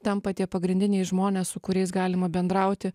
tampa tie pagrindiniai žmonės su kuriais galima bendrauti